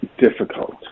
difficult